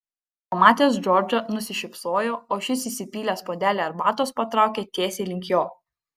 pamatęs džordžą nusišypsojo o šis įsipylęs puodelį arbatos patraukė tiesiai link jo